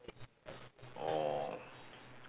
orh